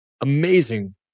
amazing